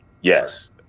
yes